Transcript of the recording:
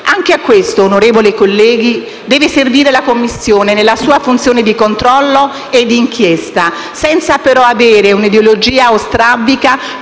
Anche a questo, onorevoli colleghi, deve servire la Commissione nella sua funzione di controllo e d'inchiesta senza però avere un'ideologia strabica,